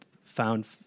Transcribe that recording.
found